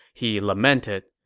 he lamented,